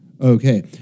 okay